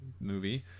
movie